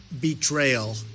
betrayal